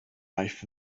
life